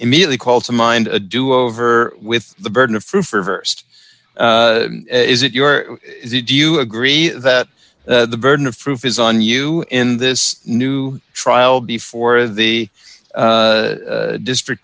immediately call to mind a do over with the burden of proof reversed is it your do you agree that the burden of proof is on you in this new trial before the district